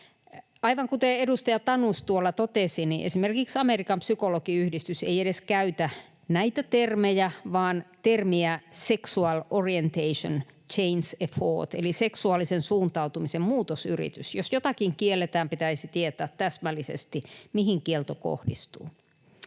Aivan kuten edustaja Tanus tuolla totesi, niin esimerkiksi Amerikan psykologiyhdistys ei edes käytä näitä termejä vaan termiä ”sexual orientation change effort” eli seksuaalisen suuntautumisen muutosyritys. Jos jotakin kielletään, pitäisi tietää täsmällisesti, mihin kielto kohdistuu.